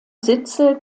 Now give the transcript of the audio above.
sitze